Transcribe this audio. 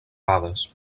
dades